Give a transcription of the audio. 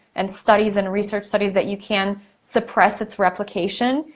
and studies and research studies, that you can suppress it's replication.